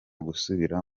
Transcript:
gusubira